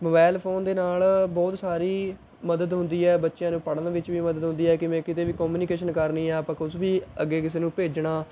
mobile phone ਦੇ ਨਾਲ਼ ਬਹੁਤ ਸਾਰੀ ਮਦਦ ਹੁੰਦੀ ਹੈ ਬੱਚਿਆਂ ਨੂੰ ਪੜ੍ਹਨ ਵਿੱਚ ਵੀ ਮਦਦ ਹੁੰਦੀ ਹੈ ਕਿਵੇਂ ਕਿਤੇ ਵੀ ਕਮਿਊਨੀਕੇਸ਼ਨ ਕਰਨੀ ਹੈ ਆਪਾਂ ਕੁਛ ਵੀ ਅੱਗੇ ਕਿਸੇ ਨੂੰ ਭੇਜਣਾ